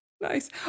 Nice